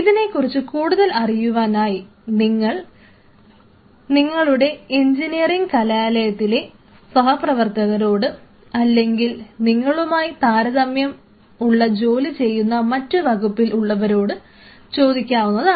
ഇതിനെക്കുറിച്ച് കൂടുതൽ അറിയുവാനായി നിങ്ങൾക്ക് നിങ്ങളുടെ എൻജിനീയറിങ് കലാലയത്തിലെ സഹപ്രവർത്തകരോട് അല്ലെങ്കിൽ നിങ്ങളുമായി താരതമ്യം ഉള്ള ജോലി ചെയ്യുന്ന മറ്റു വകുപ്പിൽ ഉള്ളവരോട് ചോദിക്കാവുന്നതാണ്